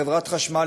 חברת החשמל,